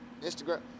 Instagram